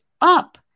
up